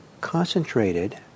concentrated